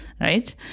right